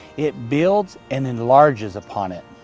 it builds and enlarges upon it.